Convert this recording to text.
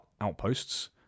outposts